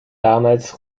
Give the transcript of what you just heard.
damals